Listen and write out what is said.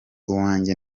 uwanjye